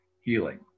healing